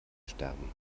sterben